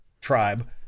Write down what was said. tribe